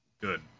good